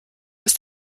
ist